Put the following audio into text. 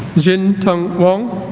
zin tung wong